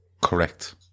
Correct